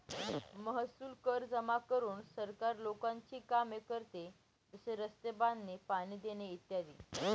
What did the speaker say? महसूल कर जमा करून सरकार लोकांची कामे करते, जसे रस्ते बांधणे, पाणी देणे इ